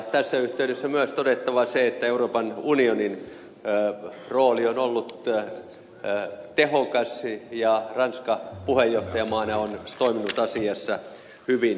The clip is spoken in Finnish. tässä yhteydessä on myös todettava se että euroopan unionin rooli on ollut tehokas ja ranska puheenjohtajamaana on toiminut asiassa hyvin